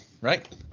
right